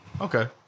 Okay